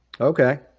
Okay